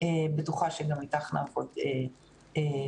בטוחה שגם איתך נעבוד נפלא.